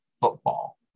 football